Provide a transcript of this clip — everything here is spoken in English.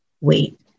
Wait